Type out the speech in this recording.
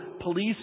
police